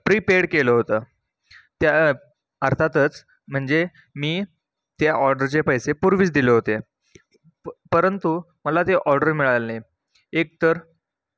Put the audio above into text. prepaid केलं होतं त्या अर्थातच म्हणजे मी त्या ऑर्डरचे पैसे पूर्वीच दिले होते प परंतु मला ते ऑर्डर मिळालं नाही एकतर